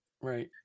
Right